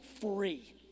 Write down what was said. free